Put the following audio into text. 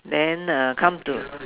then uh come to